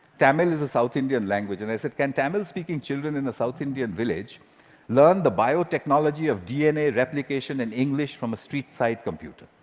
tamil is a south indian language, and i said, can tamil-speaking children in a south indian village learn the biotechnology of dna replication in english from a streetside computer?